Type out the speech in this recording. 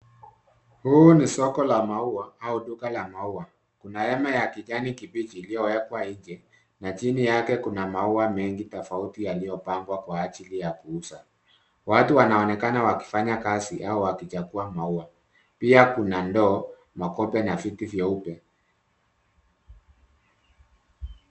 Hili ni soko la maua au duka la maua. Kuna hema ya kijani kibichi iliyowekwa nje na chini yake kuna maua mengi tofauti yaliyopangwa kwa ajili ya kuuza. Watu wanaonekana wakifanya kazi au wakichagua maua. Pia kuna ndoo makope na viti vyeupe.